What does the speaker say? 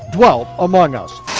dwelt among us.